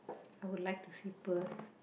I would like to see Perth